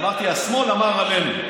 אמרתי: השמאל אמר עלינו.